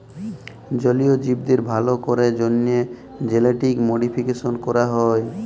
জলীয় জীবদের ভাল ক্যরার জ্যনহে জেলেটিক মডিফিকেশাল ক্যরা হয়